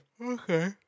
Okay